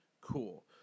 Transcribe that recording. Cool